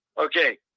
okay